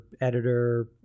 editor